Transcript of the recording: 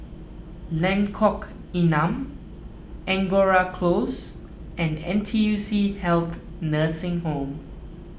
Lengkong Enam Angora Close and N T U C Health Nursing Home